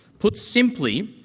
put simply,